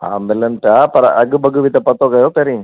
हा मिलनि पिया पर अघि वघ बि त पतो कयो पहिरीं